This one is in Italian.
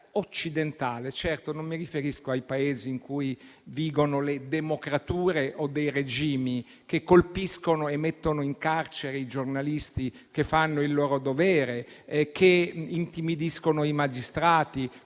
occidentale e, quindi, non mi riferisco ai Paesi in cui vigono le democrature o dei regimi che colpiscono e mettono in carcere i giornalisti che fanno il loro dovere e che intimidiscono i magistrati